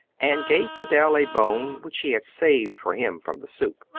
and gave fidel a bone which she had saved for him from the soup.